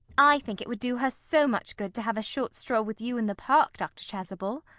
i think it would do her so much good to have a short stroll with you in the park, dr. chasuble.